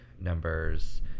numbers